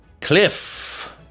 Cliff